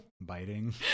biting